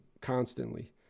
constantly